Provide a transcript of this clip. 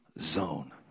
zone